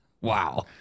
Wow